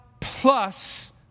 plus